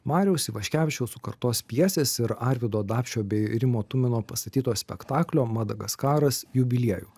mariaus ivaškevičiaus sukurtos pjesės ir arvydo dapšio bei rimo tumino pastatyto spektaklio madagaskaras jubiliejų